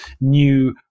new